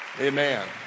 Amen